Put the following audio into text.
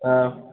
ആ